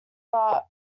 but